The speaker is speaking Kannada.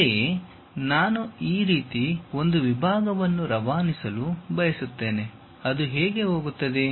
ಅಂತೆಯೇ ನಾನು ಈ ರೀತಿ ಒಂದು ವಿಭಾಗವನ್ನು ರವಾನಿಸಲು ಬಯಸುತ್ತೇನೆ ಅದು ಹೇಗೆ ಹೋಗುತ್ತದೆ